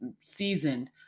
seasoned